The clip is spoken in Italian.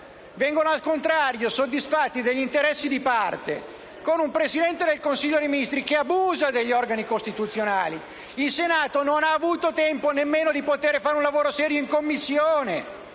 Vengono al contrario soddisfatti interessi di parte, con un Presidente del Consiglio dei ministri che abusa degli organi costituzionali: il Senato non ha avuto tempo nemmeno di svolgere un lavoro serio in Commissione,